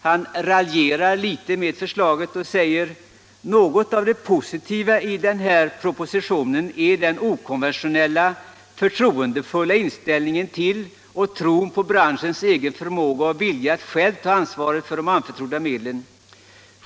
Han raljerar litet med förslaget och säger: ”Något av det positiva i den här propositionen är den konventionella, förtroendefulla inställningen till och tron på branschens egen förmåga och vilja att själv ta ansvar för de anförtrodda medlen.